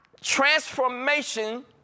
transformation